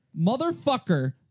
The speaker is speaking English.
motherfucker